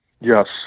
Yes